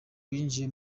binjiye